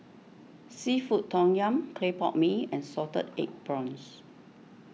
Seafood Tom Yum Clay Pot Mee and Salted Egg Prawns